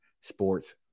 sports